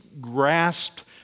grasped